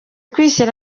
kwishyira